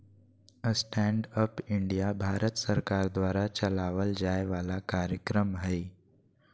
stand up India Bharat सरकार द्वारा चलावल जाय वाला कार्यक्रम हय